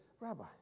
Rabbi